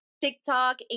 tiktok